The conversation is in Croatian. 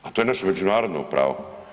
A to je naše međunarodno pravo.